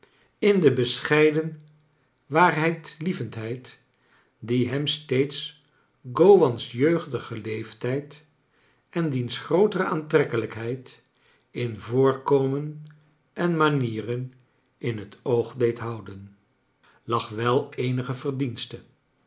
in de bescheiden waarheidlievendheid die hem steeds gowan's jeugdiger leeftijd en diens grootere aantrekkelijkheid in voorkomenen manieren in het oog deed houden lag wel eenige verdienste